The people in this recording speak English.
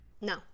No